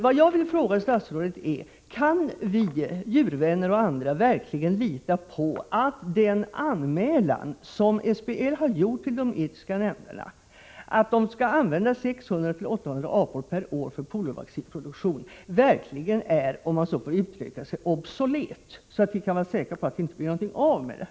Vad jag vill fråga statsrådet är: Kan vi djurvänner och andra verkligen lita på att den anmälan som SBL har gjort till de etiska nämnderna att man skall använda 600-800 apor per år för poliovaccinproduktion verkligen är, om man så får uttrycka sig, obsolet, så att vi kan vara säkra på att det inte blir någonting av med det?